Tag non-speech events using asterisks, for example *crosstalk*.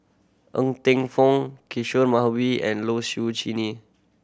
Ng Teng Fong Kishore *unintelligible* and Low Siew *unintelligible*